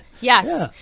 yes